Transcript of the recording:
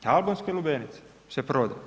Albanske lubenice se prodaju.